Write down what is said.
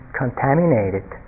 contaminated